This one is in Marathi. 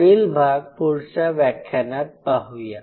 पुढील भाग पुढच्या व्याख्यानात पाहूया